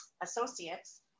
associates